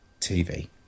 TV